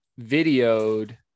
videoed